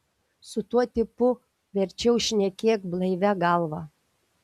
su tuo tipu verčiau šnekėk blaivia galva